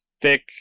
thick